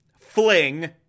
fling